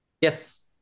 Yes